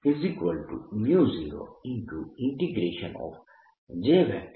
તેથી B